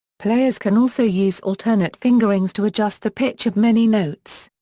players can also use alternate fingerings to adjust the pitch of many notes.